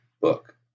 book